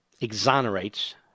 exonerates